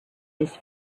his